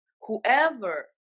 Whoever